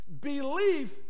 belief